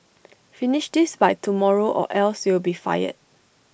finish this by tomorrow or else you'll be fired